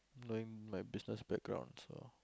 my my business background so